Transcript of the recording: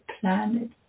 planet